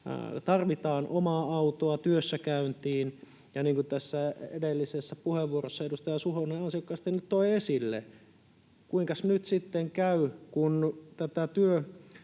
tarvitaan omaa autoa työssäkäyntiin. Ja niin kuin tässä edellisessä puheenvuorossa edustaja Suhonen ansiokkaasti nyt toi esille, kuinkas nyt sitten käy, kun